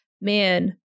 man